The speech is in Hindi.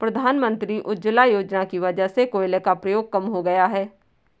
प्रधानमंत्री उज्ज्वला योजना की वजह से कोयले का प्रयोग कम हो गया है